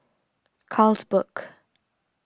Carlsberg